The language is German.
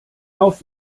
auf